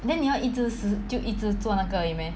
then 你要一直死就一直做那个而已 meh